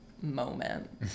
moment